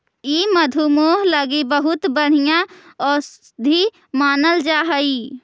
ई मधुमेह लागी बहुत बढ़ियाँ औषधि मानल जा हई